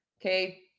Okay